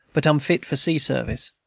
but unfit for sea-service.